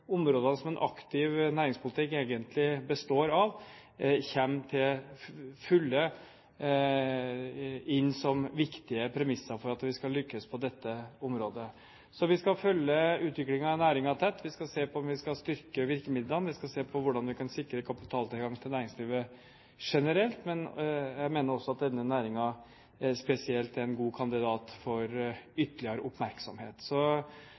områdene som en aktiv næringspolitikk egentlig består av – kommer til fulle inn som viktige premisser for at vi skal lykkes på dette området. Vi skal følge utviklingen i næringen tett. Vi skal se på om vi skal styrke virkemidlene. Vi skal se på hvordan vi kan sikre kapitaltilgang til næringslivet generelt. Men jeg mener også at denne næringen spesielt er en god kandidat for ytterligere oppmerksomhet.